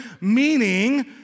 meaning